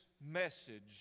message